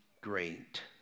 great